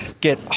get